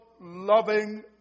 loving